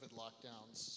lockdowns